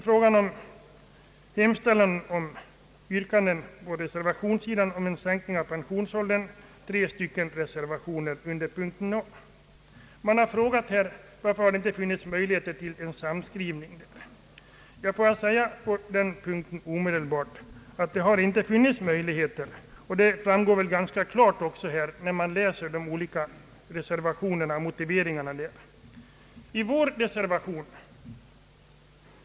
Frågan om en sänkning av pensionsåldern tas upp i tre reservationer under punkten A. Varför har det inte funnits möjligheter till en samskrivning? kan det frågas. Låt mig omedelbart säga att det inte funnits sådana möjligheter, vilket också framgår klart, när man läser de olika reservationerna och motiveringarna för dessa.